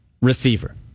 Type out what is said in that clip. receiver